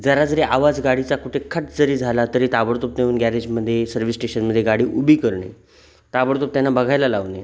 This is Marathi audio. जरा जरी आवाज गाडीचा कुठे खट जरी झाला तरी ताबडतोब देऊन गॅरेजमध्ये सर्व्हिस स्टेशनमध्ये गाडी उभी करणे ताबडतोब त्यांना बघायला लावणे